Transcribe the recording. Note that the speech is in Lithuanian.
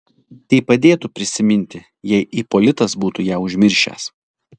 tai padėtų prisiminti jei ipolitas būtų ją užmiršęs